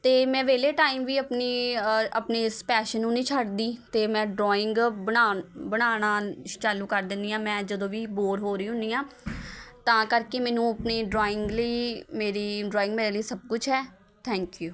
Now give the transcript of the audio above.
ਅਤੇ ਮੈਂ ਵਿਹਲੇ ਟਾਈਮ ਵੀ ਆਪਣੀ ਆਪਣੇ ਇਸ ਪੈਸ਼ਨ ਨੂੰ ਨਹੀਂ ਛੱਡਦੀ ਅਤੇ ਮੈਂ ਡਰੋਇੰਗ ਬਣਾ ਬਣਾਉਣਾ ਚਾਲੂ ਕਰ ਦਿੰਦੀ ਹਾਂ ਮੈਂ ਜਦੋਂ ਵੀ ਬੋਰ ਹੋ ਰਹੀ ਹੁੰਦੀ ਹਾਂ ਤਾਂ ਕਰਕੇ ਮੈਨੂੰ ਆਪਣੀ ਡਰੋਇੰਗ ਲਈ ਮੇਰੀ ਡਰੋਇੰਗ ਮੇਰੇ ਲਈ ਸਭ ਕੁਛ ਹੈ ਥੈਂਕਯੂ